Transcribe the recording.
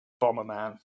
Bomberman